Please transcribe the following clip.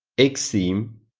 x theme,